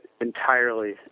entirely